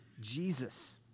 Jesus